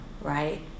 right